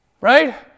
right